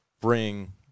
bring